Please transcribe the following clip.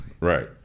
right